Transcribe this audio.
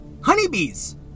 Honeybees